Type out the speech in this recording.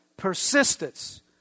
Persistence